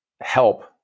help